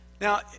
Now